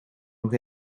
nog